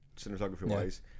cinematography-wise